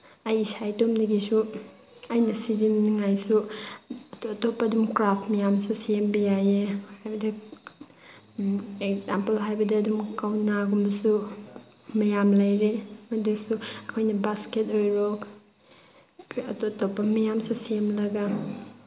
ꯑꯩ ꯏꯁꯥ ꯏꯇꯣꯝꯗꯒꯤꯁꯨ ꯑꯩꯅ ꯁꯤꯖꯤꯟꯅꯤꯉꯥꯏꯁꯨ ꯑꯇꯣꯞꯄ ꯑꯗꯨꯝ ꯀ꯭ꯔꯥꯐ ꯃꯌꯥꯝꯁꯨ ꯁꯦꯝꯕ ꯌꯥꯏꯌꯦ ꯍꯥꯏꯕꯗꯤ ꯑꯦꯛꯖꯥꯝꯄꯜ ꯍꯥꯏꯕꯗ ꯑꯗꯨꯝ ꯀꯧꯅꯥꯒꯨꯝꯕꯁꯨ ꯃꯌꯥꯝ ꯂꯩꯔꯦ ꯑꯗꯨꯁꯨ ꯑꯩꯈꯣꯏꯅ ꯕꯥꯁꯀꯦꯠ ꯑꯣꯏꯔꯣ ꯀꯔꯤ ꯑꯇꯣꯞ ꯑꯇꯣꯞꯄ ꯃꯌꯥꯝꯁꯨ ꯁꯦꯝꯂꯒ